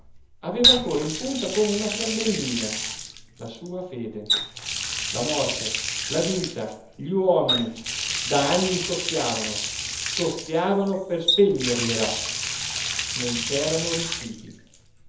aveva ancora in punta come una fiammellina la sua fede la morte la vita gli uomini da anni soffiavano soffiavano per spegnergliela non c'erano riusciti